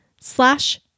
slash